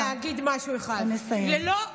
שנצטרך לבדוק אותו לעומק.